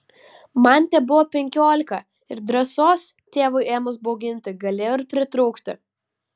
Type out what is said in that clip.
man tebuvo penkiolika ir drąsos tėvui ėmus bauginti galėjo ir pritrūkti